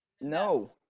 No